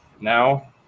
Now